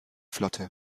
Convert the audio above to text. flotte